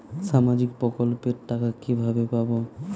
সামাজিক প্রকল্পের টাকা কিভাবে পাব?